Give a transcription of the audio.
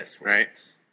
Right